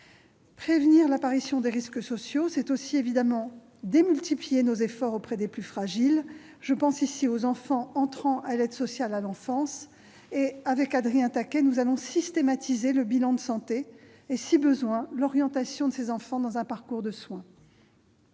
Prévenir l'apparition des risques sociaux, c'est aussi, évidemment, démultiplier nos efforts auprès des plus fragiles. Je pense ici aux enfants entrant à l'aide sociale à l'enfance (ASE). Avec Adrien Taquet, nous allons systématiser un bilan de santé et, si besoin, l'orientation dans un parcours de soins.